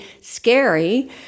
scary